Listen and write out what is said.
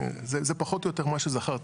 זה פחות או יותר מה שזכרתי.